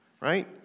right